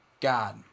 God